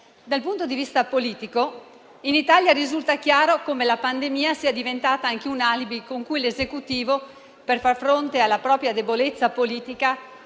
Dal punto di vista politico, in Italia risulta chiaro come la pandemia sia diventata anche un alibi con cui l'Esecutivo, per far fronte alla propria debolezza politica,